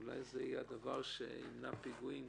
אולי זה יהיה הדבר שימנע פיגועים.